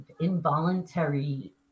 involuntary